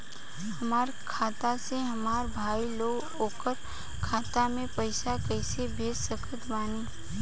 हमार खाता से हमार भाई लगे ओकर खाता मे पईसा कईसे भेज सकत बानी?